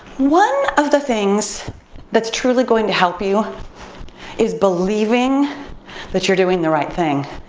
one of the things that's truly going to help you is believing that you're doing the right thing.